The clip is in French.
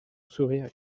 sourire